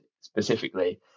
specifically